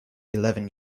eleven